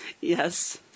Yes